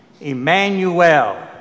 Emmanuel